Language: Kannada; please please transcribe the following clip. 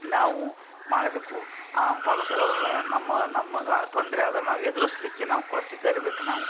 ನಾವು ಮಾಡಬೇಕು ಆ ಫಲಕಗಳನ್ನ ನಮ್ಮ ನಮ್ಮಗ ಆ ತೊಂದರೆಯಾದಾಗ ನಾವು ಎದ್ರಿಸಲ್ಲಿಕ್ಕೆ ನಾವು ಕೂಡ ಸಿದ್ಧ ಇರ್ಬೇಕು ನಾವು